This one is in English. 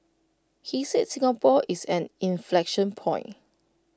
he said Singapore is an inflection point